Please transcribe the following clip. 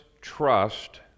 trust